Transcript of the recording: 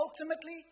ultimately